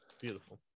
Beautiful